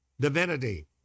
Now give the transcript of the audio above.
Divinity